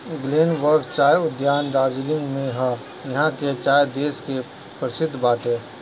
Glenburn चाय उद्यान दार्जलिंग में हअ इहा के चाय देश के परशिद्ध बाटे